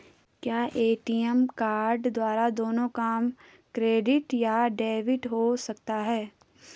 क्या ATM card द्वारा दोनों काम क्रेडिट या डेबिट हो सकता है?